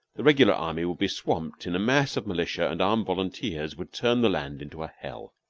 the regular army would be swamped in the mass of militia and armed volunteers would turn the land into a hell.